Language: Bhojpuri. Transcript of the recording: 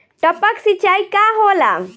टपक सिंचाई का होला?